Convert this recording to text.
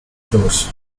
doors